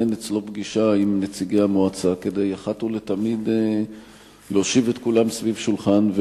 אצלו פגישה עם נציגי המועצה כדי להושיב את כולם סביב שולחן,